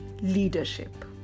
leadership